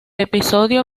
episodio